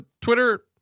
Twitter